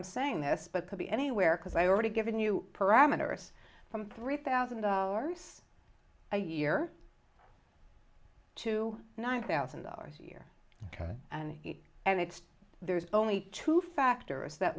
i'm saying this but could be anywhere because i've already given you parameters from three thousand dollars a year to nine thousand dollars a year ok and and it's there's only two factors that